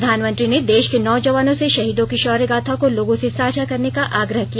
प्रधानमंत्री ने देश के नौजवानों से शहीदों की शौर्य गाथा को लोगों से साझा करने का आग्रह किया